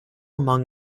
among